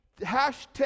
hashtag